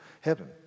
heaven